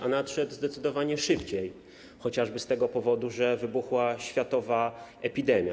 A nadszedł zdecydowanie szybciej, chociażby z tego powodu, że wybuchła światowa epidemia.